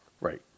Right